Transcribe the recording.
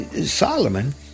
Solomon